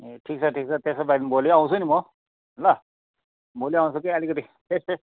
ए ठिक छ ठिक छ त्यसो भए भोलि आउँछु नि म ल भोलि आउँछु कि आलिकति